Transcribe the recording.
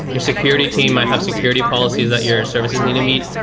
your security team might have security policies that your services need to meet.